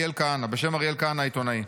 בשם אריאל כהנא העיתונאי,